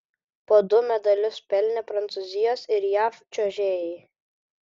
po du medalius pelnė prancūzijos ir jav čiuožėjai